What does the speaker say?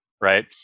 right